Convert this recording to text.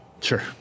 Sure